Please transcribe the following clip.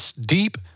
deep